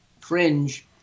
fringe